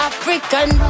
African